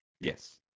Yes